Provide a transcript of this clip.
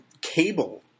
cable